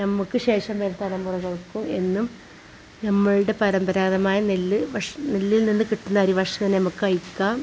നമ്മൾക്ക് ശേഷം വരുന്ന തലമുറകൾക്കും എന്നും നമ്മളുടെ പരമ്പരാഗതമായ നെല്ല് ഭക്ഷണം നെല്ലിൽ നിന്ന് കിട്ടുന്ന അരി ഭക്ഷണം നമുക്ക് കഴിക്കാം